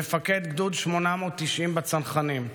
מפקד גדוד 890 בצנחנים,